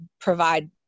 provide